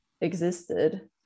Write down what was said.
existed